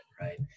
Right